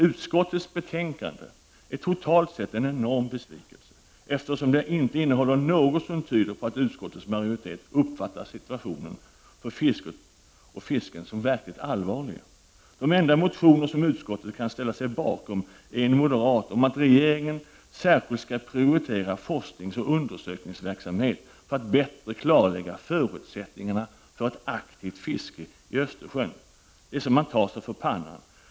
Utskottets betänkande är totalt sett en enorm besvikelse, eftersom det inte innehåller något som tyder på att utskottets majoritet uppfattar situationen för fisket och fisken som verkligt allvarlig. En av de två enda motioner som utskottet kan ställa bakom är en moderat om att regeringen särskilt skall prioritera forskningsoch undersökningsverksamhet för att bättre klarlägga förutsättningarna för ett aktivt fiske i Östersjön. Det är så att man tar sig för pannan!